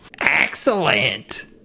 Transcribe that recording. Excellent